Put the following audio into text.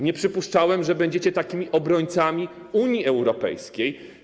Nie przypuszczałem, że będziecie takimi obrońcami Unii Europejskiej.